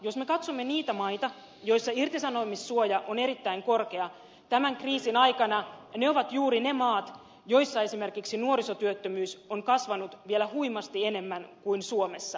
jos me katsomme niitä maita joissa irtisanomissuoja on erittäin korkea tämän kriisin aikana ne ovat juuri ne maat joissa esimerkiksi nuorisotyöttömyys on kasvanut vielä huimasti enemmän kuin suomessa